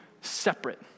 separate